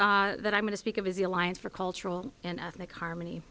that i'm going to speak of is the alliance for cultural and ethnic harmony